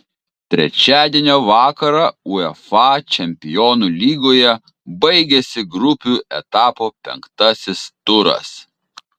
trečiadienio vakarą uefa čempionų lygoje baigėsi grupių etapo penktasis turas